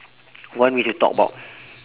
want me to talk about